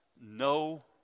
no